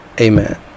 amen